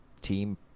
team